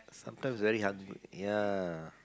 sometimes very hungry ya